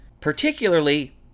Particularly